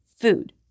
Food